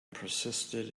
persisted